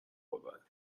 آوردن